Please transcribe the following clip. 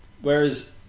Whereas